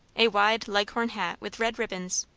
a wide leghorn hat with red ribbons,